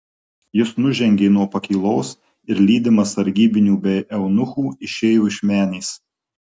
jis nužengė nuo pakylos ir lydimas sargybinių bei eunuchų išėjo iš menės